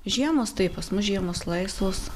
žiemos taip pas mus žiemos laisvos